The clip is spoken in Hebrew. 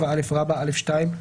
7א(א)(2),